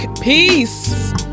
peace